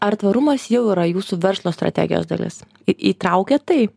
ar tvarumas jau yra jūsų verslo strategijos dalis į įtraukiat tai